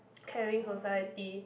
caring society